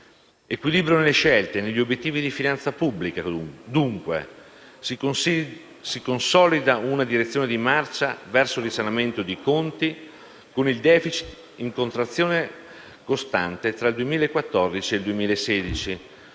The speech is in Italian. (equilibrio nelle scelte e negli obiettivi di finanza pubblica, dunque). Si consolida una direzione di marcia verso il risanamento di conti con il *deficit* in contrazione costante tra il 2014 e il 2016,